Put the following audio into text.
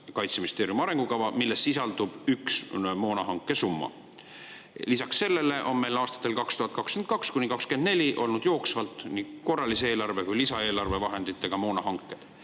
Kaitseministeeriumi arengukava, milles sisaldub üks moonahanke summa. Lisaks sellele on meil aastatel 2022–2024 olnud jooksvalt nii korralise eelarve kui ka lisaeelarve vahendite eest moonahanked.